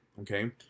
okay